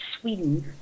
Sweden